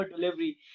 delivery